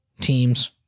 Teams